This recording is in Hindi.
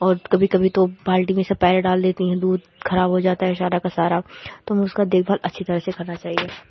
और कभी कभी तो बाल्टी में से पैर डाल देती हैं दूध ख़राब हो जाता है सारा का सारा तुम उसकी देखभाल अच्छी तरह से करना चाहिए